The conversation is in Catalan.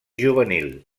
juvenil